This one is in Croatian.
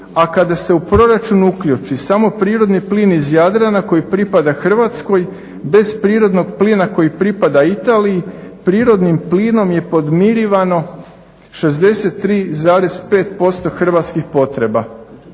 a kada se u proračun uključi samo prirodni plin iz Jadrana koji pripada Hrvatskoj bez prirodnog plina koji pripada Italiji prirodnim plinom je podmirivano 63,5% hrvatskih potreba.